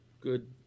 good